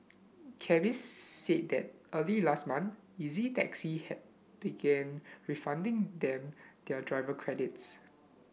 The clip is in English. Cabbies said that early last month Easy Taxi had began refunding them their driver credits